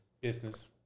business